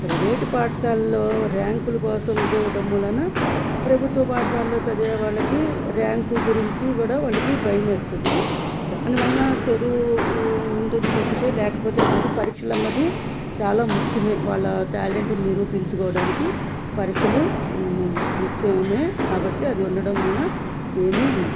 private పాఠశాల్లో ర్యాంకులు కోసం ఇదవ్వడం మూలాన ప్రభుత్వ పాఠశాల్లో చదివే వాళ్ళకి ర్యాంకు గురించి కూడా వాళ్ళకి భయమేస్తుంది దానివల్న చెడు ఉంటుంది తప్పితే లేకపోతే కనుక పరీక్షలన్నది చాలా ముఖ్యమే వాళ్ళ టాలెంట్ నిరూపించుకోవడానికి పరీక్షలు ముఖ్యమే కాబట్టి అది ఉండడం వలన ఏమి